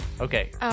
Okay